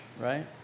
right